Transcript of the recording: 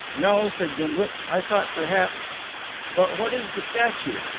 no, said gimblet. i thought perhaps but what is the statue?